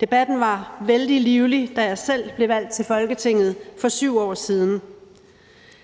Debatten var vældig livlig, da jeg selv blev valgt til Folketinget for 7 år siden.